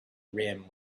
rim